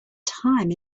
time